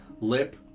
lip